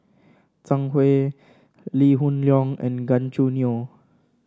Zhang Hui Lee Hoon Leong and Gan Choo Neo